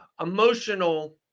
emotional